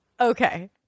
okay